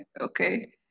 okay